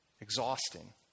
exhausting